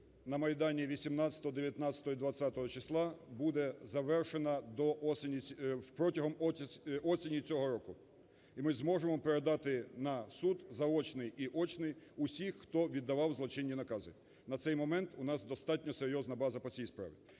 на Майдані 18, 19 і 20 числа буде завершена до осені… протягом осені цього року. І ми зможемо передати на суд заочний і очний усіх, хто віддавав злочинні накази, на цей момент у нас достатньо серйозна база по цій справі.